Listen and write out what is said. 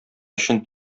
өчен